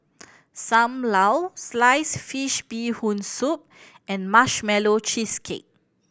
Sam Lau sliced fish Bee Hoon Soup and Marshmallow Cheesecake